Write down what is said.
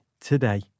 today